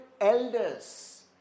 elders